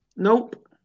Nope